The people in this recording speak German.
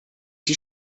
die